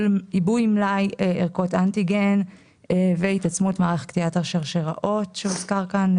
עיבוי מלאי ערכות אנטיגן והתעצמות מערכת קטיעת השרשראות שהוזכר כאן,